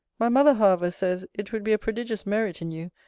my mother, however, says, it would be a prodigious merit in you,